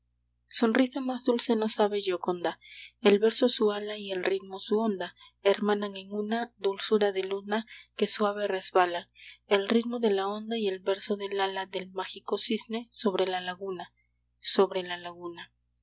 sonrisa más dulce no sabe gioconda el verso su ala y el ritmo su onda hermanan en una dulzura de luna que suave resbala el ritmo de la onda y el verso del ala del mágico cisne sobre la laguna sobre la laguna